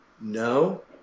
no